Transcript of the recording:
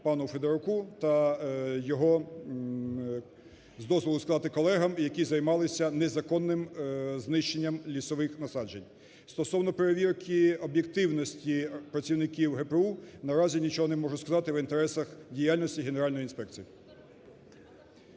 пану Федоруку та його, з дозволу сказати, колегам, які займались незаконним знищенням лісових насаджень. Стосовно перевірки об'єктивності працівників ГПУ наразі нічого не можу сказати в інтересах діяльності генеральної інспекції.